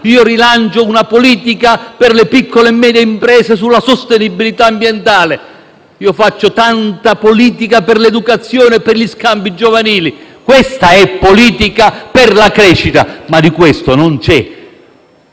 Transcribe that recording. si rilancerà una politica per le piccole e medie imprese sulla sostenibilità ambientale, facendo poi tanta politica per l'educazione e per gli scambi giovanili. Questa è politica per la crescita. Ma di tutto ciò non c'è